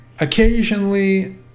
occasionally